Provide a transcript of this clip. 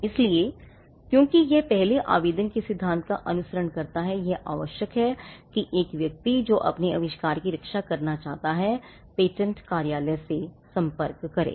इसलिए क्योंकि यह पहले आवेदन करने के सिद्धांत का अनुसरण करता है यह आवश्यक है कि एक व्यक्ति जो अपने आविष्कार की रक्षा करना चाहता है पेटेंट कार्यालय से संपर्क करे